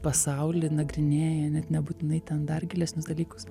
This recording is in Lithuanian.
pasaulį nagrinėja net nebūtinai ten dar gilesnius dalykus